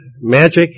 magic